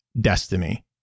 destiny